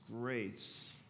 grace